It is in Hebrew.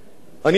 אני יושב פה,